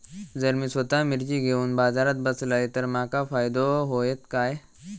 जर मी स्वतः मिर्ची घेवून बाजारात बसलय तर माका फायदो होयत काय?